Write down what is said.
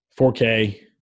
4K